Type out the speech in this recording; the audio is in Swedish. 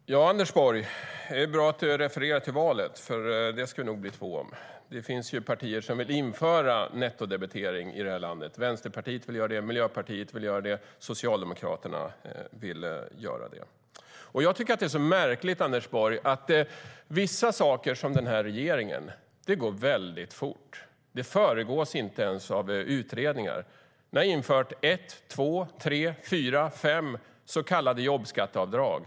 Fru talman! Det är bra att du refererar till valet, Anders Borg, för det ska vi nog bli två om. Det finns partier som vill införa nettodebitering i detta land. Vänsterpartiet, Miljöpartiet och Socialdemokraterna vill göra det. Det är märkligt att vissa saker som denna regering gör går väldigt fort. Det föregås inte ens av utredningar. Ni har infört, ett, två, tre, fyra, fem så kallade jobbskatteavdrag.